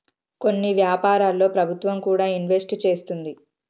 కొన్ని వ్యాపారాల్లో ప్రభుత్వం కూడా ఇన్వెస్ట్ చేస్తుంది